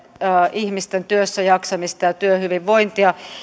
ihmisten työssäjaksamista ja työhyvinvointia